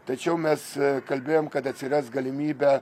tačiau mes kalbėjom kad atsiras galimybė